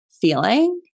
feeling